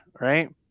right